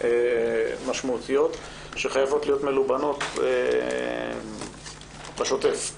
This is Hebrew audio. משמעותיות שחייבות להיות מלובנות באופן שוטף.